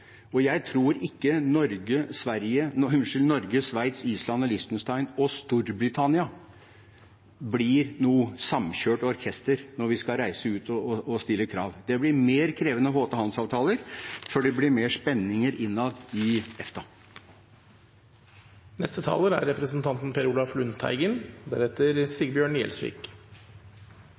Jeg tror ikke Norge, Sveits, Island, Liechtenstein og Storbritannia blir noe samkjørt orkester når vi skal reise ut og stille krav. Det blir mer krevende å få til handelsavtaler, for det blir mer spenninger innad i EFTA. Senterpartiet mistenkeliggjør ikke det som representanten